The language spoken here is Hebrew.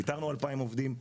פיטרנו 2,000 עובדים.